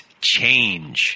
change